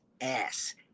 ass